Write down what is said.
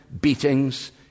beatings